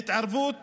בהתערבות